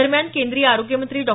दरम्यान केंद्रीय आरोग्य मंत्री डॉ